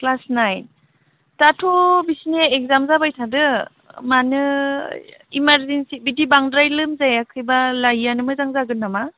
class nine दाथ' बिसोरनिया exam जाबाय थादों मानो इमारजिन्सि बिदि बांद्राय लोमजायाखैबा लायियानो मोजां जागोन नामा